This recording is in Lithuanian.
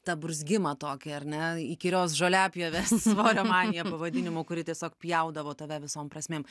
ta burzgimą tokį ar ne įkyrios žoliapjovės svorio manija pavadinimu kuri tiesiog pjaudavo tave visom prasmėm